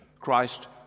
Christ